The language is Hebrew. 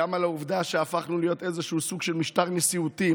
גם על העובדה שהפכנו להיות איזשהו סוג של משטר נשיאותי.